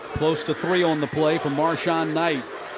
close to three on the play for marson-knight.